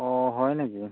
অ' হয় নেকি